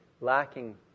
lacking